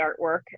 artwork